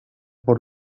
por